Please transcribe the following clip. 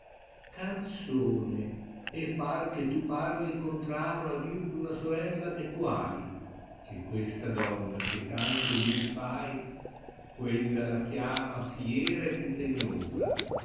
canzone e par che tu parli contraro al dir duna sorella che tu bai che questa donna che tanto umil fai quella la chiama fiera e disdegnosa